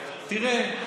תראה,